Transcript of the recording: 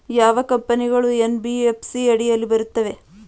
ಯಾವ ಕಂಪನಿಗಳು ಎನ್.ಬಿ.ಎಫ್.ಸಿ ಅಡಿಯಲ್ಲಿ ಬರುತ್ತವೆ?